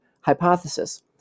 hypothesis